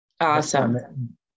Awesome